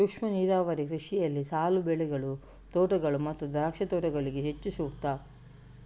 ಸೂಕ್ಷ್ಮ ನೀರಾವರಿ ಕೃಷಿಯಲ್ಲಿ ಸಾಲು ಬೆಳೆಗಳು, ತೋಟಗಳು ಮತ್ತು ದ್ರಾಕ್ಷಿ ತೋಟಗಳಿಗೆ ಹೆಚ್ಚು ಸೂಕ್ತ